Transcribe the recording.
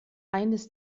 eines